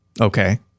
Okay